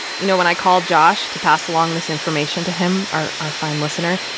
you know, when i called josh to pass along this information to him, our our fine listener,